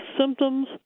symptoms